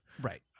Right